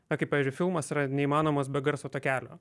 na kaip pavyzdžiui filmas yra neįmanomas be garso takelio